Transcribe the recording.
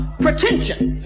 pretension